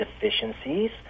deficiencies